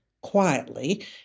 quietly